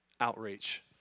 outreach